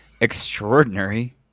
extraordinary